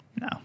No